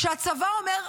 כשהצבא אומר: